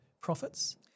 Profits